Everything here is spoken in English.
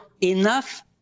enough